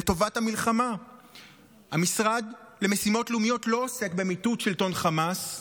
לטובת המלחמה: המשרד למשימות לאומיות לא עוסק במיטוט שלטון חמאס,